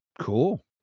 Cool